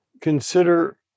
consider